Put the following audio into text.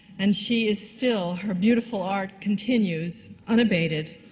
and she is still her beautiful art continues unabated,